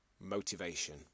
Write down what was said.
motivation